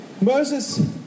Moses